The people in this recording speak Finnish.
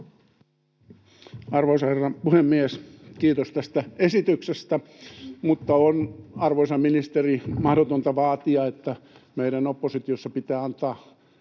Arvoisa herra puhemies! Kiitos tästä esityksestä, mutta on, arvoisa ministeri, mahdotonta vaatia, että meidän oppositiossa pitää antaa